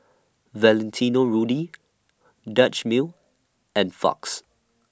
Valentino Rudy Dutch Mill and Fox